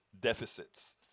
deficits